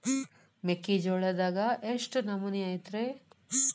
ಮೆಕ್ಕಿಜೋಳದಾಗ ಎಷ್ಟು ನಮೂನಿ ಐತ್ರೇ?